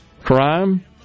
crime